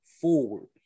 forward